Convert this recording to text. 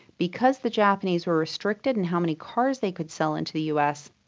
because the japanese were restricted in how many cars they could sell into the us,